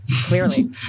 Clearly